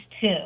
two